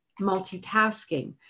multitasking